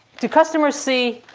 do customers see